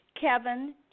Kevin